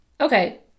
okay